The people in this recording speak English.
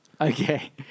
Okay